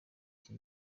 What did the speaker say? iki